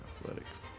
Athletics